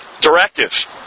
directive